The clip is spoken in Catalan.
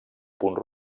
punt